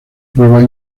pruebas